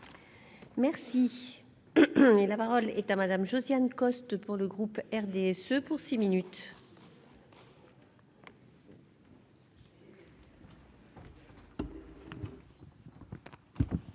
Merci, la parole est à Madame Josiane Costes pour le groupe RDSE pour 6 minutes.